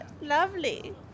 lovely